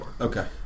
Okay